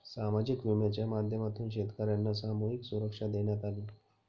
सामाजिक विम्याच्या माध्यमातून शेतकर्यांना सामूहिक सुरक्षा देण्यात आली